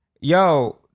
yo